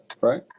right